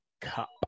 cup